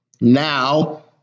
Now